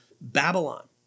Babylon